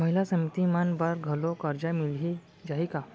महिला समिति मन बर घलो करजा मिले जाही का?